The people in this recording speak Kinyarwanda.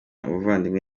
abavandimwe